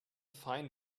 find